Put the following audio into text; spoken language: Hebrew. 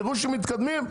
תראו שמתקדמים,